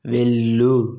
వెళ్ళు